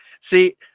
see